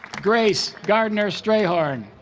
grace gardner strayhorn